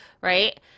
right